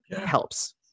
Helps